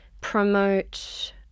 promote